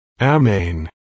Amen